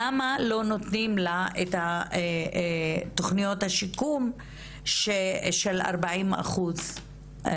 למה לא נותנים לה את תוכניות השיקום של 40 אחוז?